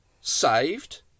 saved